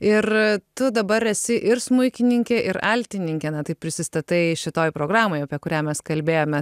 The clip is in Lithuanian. ir tu dabar esi ir smuikininkė ir altininkė na taip prisistatai šitoj programoje apie kurią mes kalbėjome